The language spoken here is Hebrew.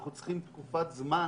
אנחנו צריכים תקופת זמן